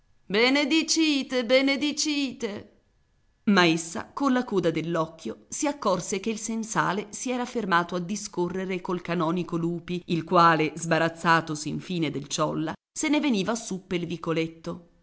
v'accomoda benedicite benedicite ma essa colla coda dell'occhio si accorse che il sensale si era fermato a discorrere col canonico lupi il quale sbarazzatosi infine del ciolla se ne veniva su pel vicoletto